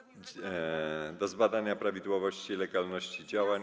do zbadania prawidłowości i legalności działań.